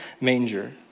manger